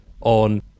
on